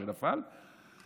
שנפל,